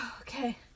Okay